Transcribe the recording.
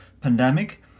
pandemic